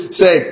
say